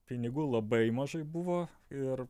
pinigų labai mažai buvo ir